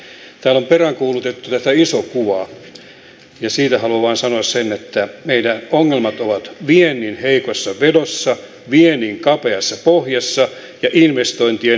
täällä on peräänkuulutettu tätä isoa kuvaa ja siitä haluan vain sanoa sen että meidän ongelmamme ovat viennin heikossa vedossa viennin kapeassa pohjassa ja investointien heikkoudessa suomeen